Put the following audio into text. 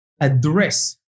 address